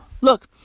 Look